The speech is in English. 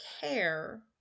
care